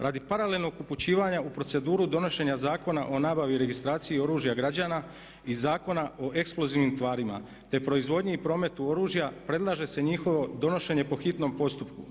Radi paralelnog upućivanja u proceduru donošenja Zakona o nabavi i registraciji oružja građana i Zakona o eksplozivnim tvarima, te proizvodnji i prometu oružja predlaže se njihovo donošenje po hitnom postupku.